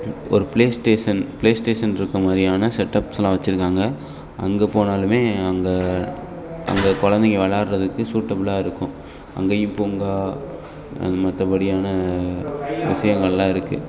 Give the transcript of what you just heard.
ஒரு play station play station இருக்கற மாதிரியான செட்டப்ஸ்லாம் வைச்சுருக்காங்க அங்கே போனாலும் அங்கே அங்கே கொழந்தைக விளயாட்றதுக்கு சூட்டபிளாக இருக்கும் அங்கேயும் பூங்கா மற்றபடியான விஷயங்கள்லாம் இருக்குது